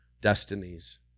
destinies